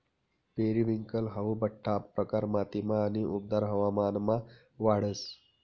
periwinkle हाऊ बठ्ठा प्रकार मातीमा आणि उबदार हवामानमा वाढस